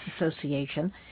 Association